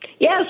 Yes